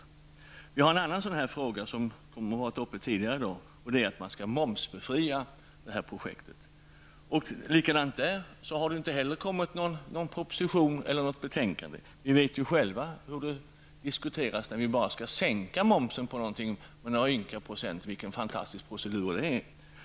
Det finns en annan fråga som varit upp i debatten tidigare här i dag, nämligen att man skall momsbefria detta projekt. Inte heller här har det kommit någon proposition eller något betänkande. Vi vet ju själva hur det diskuteras när vi skall sänka momsen med några ynka procent och vilken fantastisk procedur det är.